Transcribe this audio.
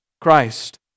Christ